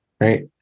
Right